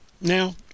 now